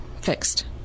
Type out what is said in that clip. fixed